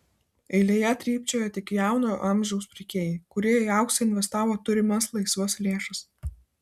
eilėje trypčiojo tik jauno amžiaus pirkėjai kurie į auksą investavo turimas laisvas lėšas